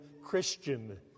Christian